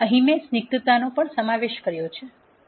અહીં મેં સ્નિગ્ધતાનો પણ સમાવેશ કર્યો છે